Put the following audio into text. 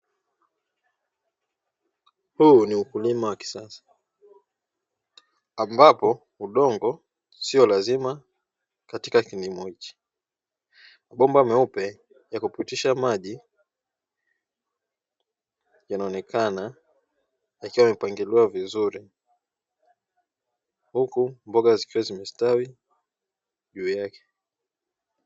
Huu ni ukulima wa kisasa ambapo udongo sio lazima katika kilimo hiki, mabomba meupe ya kupitisha maji yanaonekana yakiwa yamepangiliwa vizuri huku mboga zikiwa zimestawi juu yake.